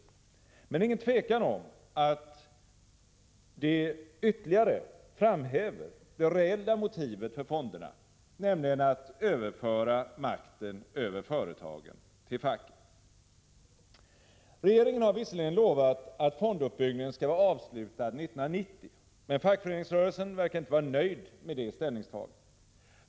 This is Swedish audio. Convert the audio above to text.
Det är emellertid ingen tvekan om att det ytterligare framhäver det reella motivet för fonderna: att överföra makten över företagen till facket. Regeringen har visserligen lovat att fonduppbyggnaden skall vara avslutad 1990. Men fackföreningsrörelsen verkar inte vara nöjd med det ställningstagandet.